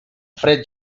fred